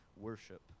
worship